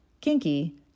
Kinky